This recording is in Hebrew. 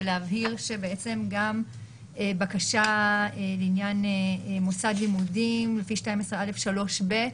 ולהבהיר שגם בקשה לעניין מוסד לימודים לפי 12(א)(3)(ב),